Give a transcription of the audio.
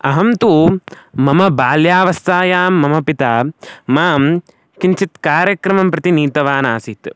अहं तु मम बाल्यावस्थायां मम पिता मां किञ्चित् कार्यक्रमं प्रति नीतवान् आसीत्